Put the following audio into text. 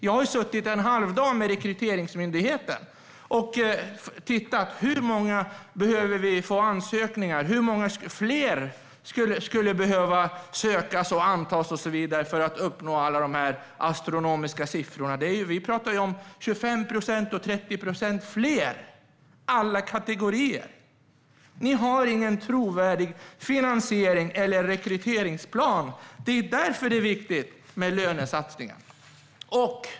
Jag har suttit en halv dag med Rekryteringsmyndigheten och tittat på hur många fler som behöver ansöka, antas och så vidare för att man ska uppnå dessa astronomiska siffror. Vi talar om 25 procent eller 30 procent fler i alla kategorier. Ni har ingen trovärdig finansierings eller rekryteringsplan. Det är därför det är viktigt med lönesatsningar.